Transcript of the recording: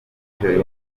jolie